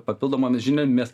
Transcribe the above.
papildomomis žiniomis